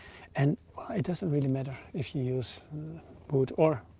and it doesn't really matter if you use wood or